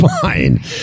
Fine